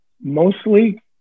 Mostly